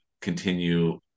continue